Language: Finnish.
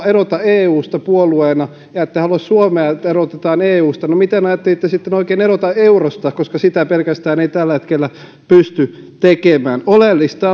erota eusta puolueena ja ette halua että suomea erotetaan eusta no miten ajattelitte sitten oikein erota eurosta koska sitä pelkästään ei tällä hetkellä pysty tekemään oleellista